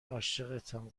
عاشقتم